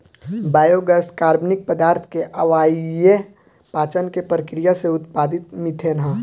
biogas कार्बनिक पदार्थ के अवायवीय पाचन के प्रक्रिया से उत्पादित मिथेन ह